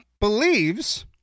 believes